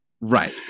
Right